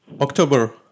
October